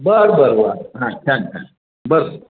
बरं बरं बरं हां छान छान बरं